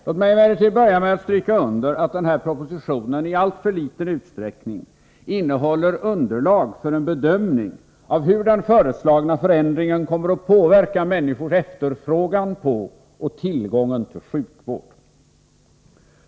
Låt mig emellertid börja med att stryka under att den här propositionen i alltför liten utsträckning innehåller underlag för en bedömning av hur den föreslagna förändringen kommer att påverka människors efterfrågan av och tillgång på sjukvård.